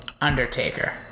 Undertaker